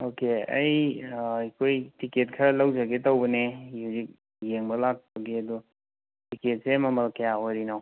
okay ꯑꯩ ꯑꯩꯈꯣꯏ ticket ꯈꯔ ꯂꯧꯖꯒꯦ ꯇꯧꯕꯅꯦ ꯍꯧꯖꯤꯛ ꯌꯦꯡꯕ ꯂꯥꯛꯄꯒꯤ ꯑꯗꯣ ꯇꯤꯛꯀꯦꯠꯁꯦ ꯃꯃꯜ ꯀꯌꯥ ꯑꯣꯏꯔꯤꯅꯣ